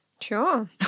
Sure